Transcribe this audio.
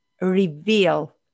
reveal